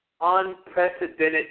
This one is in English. unprecedented